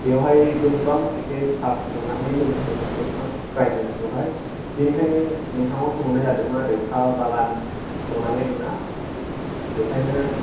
बेवहाय गोबां एसे साह फुदुंनानै लोंहोनो नांगौ रायजोफोरखौहाय बेनिखायनो नोंथांनाव सोंहरनाय जादोंमोनआरो साह बागान दं नालाय नोंना बेखायनो